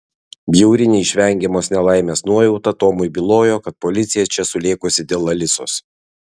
bjauri neišvengiamos nelaimės nuojauta tomui bylojo kad policija čia sulėkusi dėl alisos